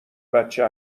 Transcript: بچه